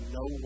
no